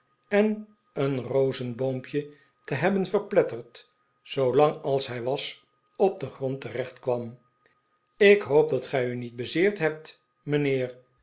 en een rozenboompje te hebben verpletterd zoolang als hij was op den grond tereehtkwam ik hoop dat gij u niet bezeerd hebt mijnheer